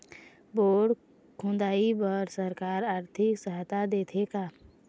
Bore खोदाई बर सरकार आरथिक सहायता देथे का?